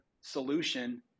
solution